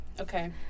Okay